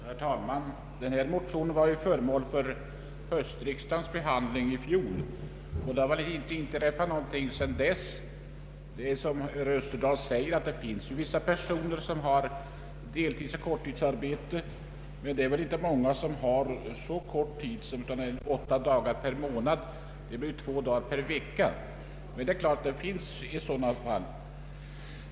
Herr talman! En motion av samma innehåll som den nu föreliggande var föremål för höstriksdagens behandling i fjol, och det har inte tillkommit någonting nytt sedan dess. Herr Österdahl säger att vissa personer har deltidsoch korttidsarbete, men det är väl inte många som arbetar så kort tid som åtta dagar per månad; det blir två dagar per vecka. Men det är klart att det finns även sådana fall.